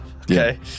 Okay